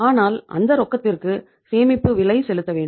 ஆனால் அந்த ரொக்கத்திற்கு சேமிப்பு விலை செலுத்த வேண்டும்